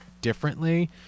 differently